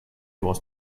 was